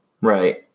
Right